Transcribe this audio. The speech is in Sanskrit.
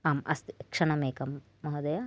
आम् अस्तु क्षणम् एकं महोदय